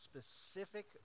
specific